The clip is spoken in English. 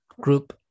group